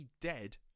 dead